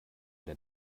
der